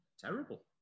terrible